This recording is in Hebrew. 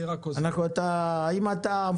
אם אתה,